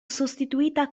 sostituita